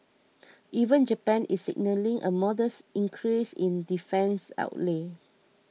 even Japan is signalling a modest increase in defence outlays